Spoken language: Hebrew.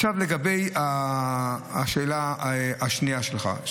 לגבי השאלה השנייה שלך,